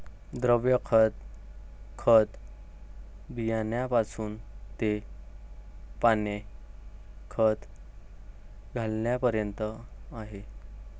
द्रव खत, खत बियाण्यापासून ते पाण्याने खत घालण्यापर्यंत आहे